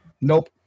Nope